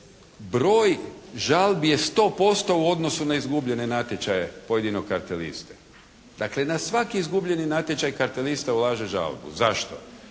broj žalbi je 100% u odnosu na izgubljene na natječaje pojedinog karteliste. Dakle, na svaki izgubljeni natječaj kartelista ulaže žalbu. Zašto?